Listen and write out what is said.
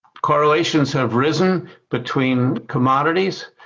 correlations have risen between commodities.